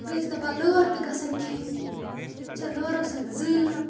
بیٚیہِ ٲسۍ دَپان لٲر تہِ گژھن کھنۍ ییٚتہِ چھِ لٲرو سۭتۍ زٲیِلان